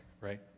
right